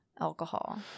alcohol